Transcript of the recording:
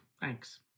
Thanks